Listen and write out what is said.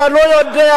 אתה לא יודע,